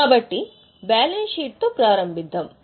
కాబట్టి బ్యాలెన్స్ షీట్తో ప్రారంభిద్దాం